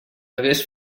hagués